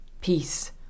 Peace